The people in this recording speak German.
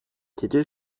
titel